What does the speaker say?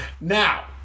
Now